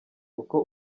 uko